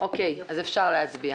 אוקיי, אז אפשר להצביע.